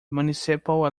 municipal